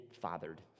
fathered